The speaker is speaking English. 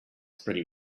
pretty